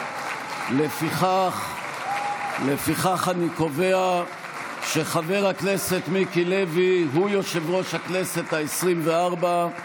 ולפיכך אני קובע שחבר הכנסת מיקי לוי הוא יושב-ראש הכנסת העשרים-וארבע.